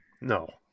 No